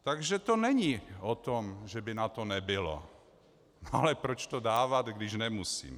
Takže to není o tom, že by na to nebylo, ale proč to dávat, když nemusím.